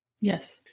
Yes